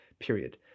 period